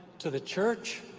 to the church,